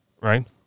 right